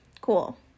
cool